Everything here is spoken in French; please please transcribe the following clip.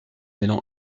élan